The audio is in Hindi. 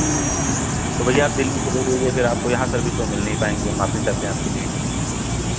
तो भैया आप दिल्ली चले जाइए अगर आपको यहाँ सर्विस तो मिल नहीं पाएँगी हम माफ़ी चाहते हैं आपके लिए